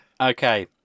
Okay